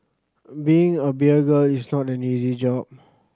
being a beer girl is not an easy job